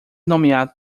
nomear